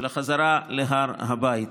של החזרה להר הבית.